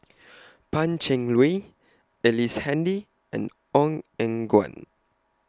Pan Cheng Lui Ellice Handy and Ong Eng Guan